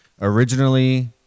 Originally